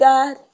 God